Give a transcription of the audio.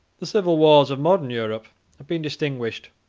the civil wars of modern europe have been distinguished,